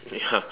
ya